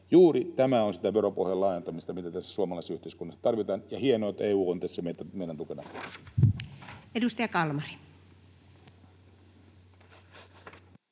Juuri tämä on sitä veropohjan laajentamista, mitä tässä suomalaisessa yhteiskunnassa tarvitaan, ja hienoa, että EU on tässä meidän tukena. [Speech 239]